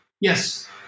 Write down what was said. yes